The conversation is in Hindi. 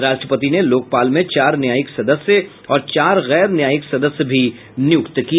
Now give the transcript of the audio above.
राष्ट्रपति ने लोकपाल में चार न्यायिक सदस्य और चार गैर न्यायिक सदस्य भी नियुक्त किए